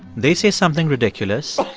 they say something ridiculous.